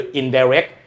indirect